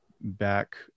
back